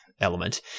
element